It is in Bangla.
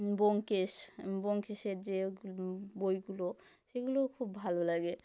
ব্যোমকেশ ব্যোমকেশের যে বইগুলো সেগুলোও খুব ভালো লাগে